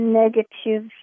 negative